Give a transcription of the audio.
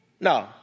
No